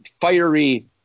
fiery